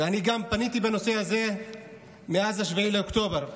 ואני גם פניתי בנושא הזה מאז 7 באוקטובר: